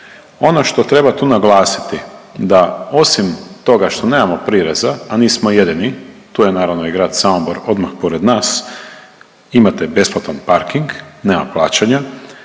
Ono što treba tu naglasiti da osim toga što nemamo prireza, a nismo jedini, tu je naravno i Grad Samobor odmah pored nas, imate besplatan parking, nema plaćanja,